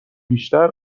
بیشتر